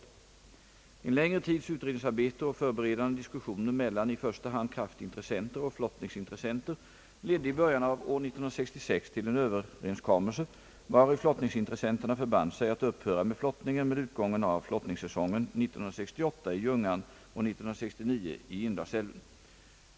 En längre tids utredningsarbete och förberedande diskussioner mellan i första hand kraftintressenter och flottningsintressenter ledde i början av år 1966 till en överenskommelse, vari flottningsintressenterna förband sig att upphöra med flottningen med utgången av flottningssäsongen 1968 i Ljungan och 1969 i Indalsälven.